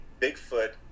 Bigfoot